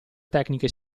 tecniche